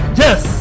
yes